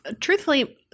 truthfully